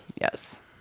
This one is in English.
Yes